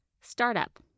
startup